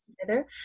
together